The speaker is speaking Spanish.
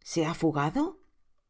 se ha fugado